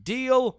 Deal